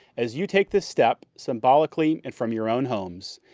as you take this step symbolically and from your own homes,